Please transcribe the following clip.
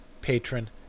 patron